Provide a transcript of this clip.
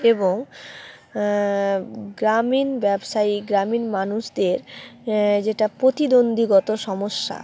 এবং গ্রামীণ ব্যবসায়ী গ্রামীণ মানুষদের যেটা প্রতিদ্বন্দ্বীগত সমস্যা